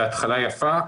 זו התחלה יפה,